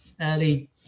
early